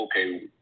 okay